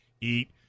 eat